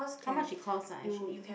how much it cost ah actually